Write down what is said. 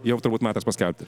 jau turbūt metas paskelbti